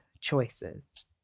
choices